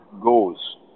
goes